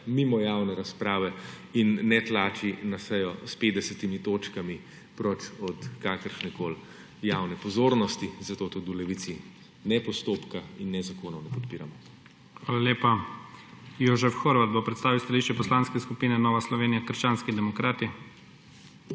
mimo javne razprave in ne tlači na sejo s 50 točkami proč od kakršnekoli javne pozornosti, zato tudi v Levici ne postopka in ne zakonov ne podpiramo. **PREDSEDNIK IGOR ZORČIČ:** Hvala lepa. Jožef Horvat bo predstavil stališče Poslanske skupine Nova Slovenija - krščanski demokrati.